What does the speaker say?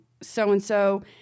so-and-so